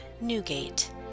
Newgate